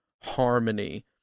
harmony